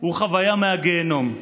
הוא חוויה מהגיהינום.